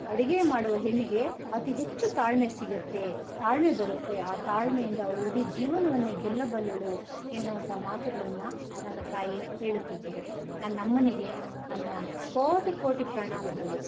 ಅಡುಗೆ ಮಾಡುವ ಹೆಣ್ಣಿಗೆ ಅತೀ ಹೆಚ್ಚು ತಾಳ್ಮೆ ಸಿಗುತ್ತೆ ತಾಳ್ಮೆ ಬರುತ್ತೆ ಆ ತಾಳ್ಮೆಯಿಂದ ಅವಳು ಇಡೀ ಜೀವನವನ್ನೇ ಗೆಲ್ಲಬಲ್ಲಳು ಎನ್ನುವಂಥ ಮಾತುಗಳನ್ನು ನನ್ನ ತಾಯಿ ಹೇಳುತ್ತಿದ್ದರು ನನ್ನ ಅಮ್ಮನಿಗೆ ನನ್ನ ಕೋಟಿ ಕೋಟಿ ಪ್ರಣಾಮಗಳು